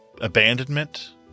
abandonment